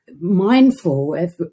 mindful